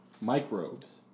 Microbes